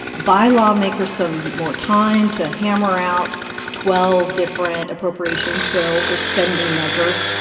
buy lawmakers some more time to hammer out twelve different appropriations bills, or spending measures,